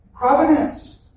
Providence